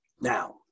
Now